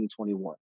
2021